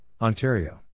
Ontario